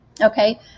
okay